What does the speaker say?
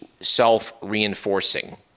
self-reinforcing